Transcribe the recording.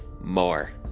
more